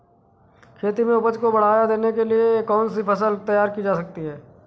खेती में उपज को बढ़ावा देने के लिए कौन सी फसल तैयार की जा सकती है?